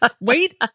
wait